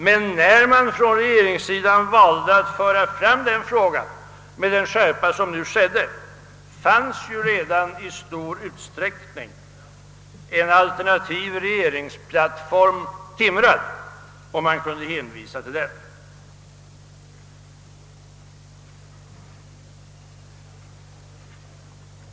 Men när regeringssidan valde att föra fram frågan med sådan skärpa fanns ju redan i stor utsträckning en alternativ regeringsplattform timrad, och man kunde hänvisa till den.